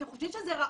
אתם חושבים שזה ראוי?